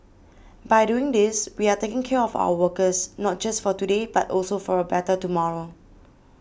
by doing these we are taking care of our workers not just for today but also for a better tomorrow